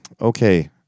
Okay